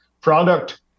product